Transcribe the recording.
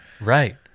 Right